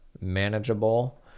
manageable